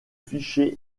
fichier